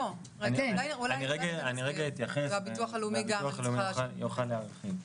אני אתייחס והביטוח הלאומי יוכל להרחיב.